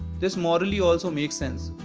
this morally also makes sense.